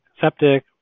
septic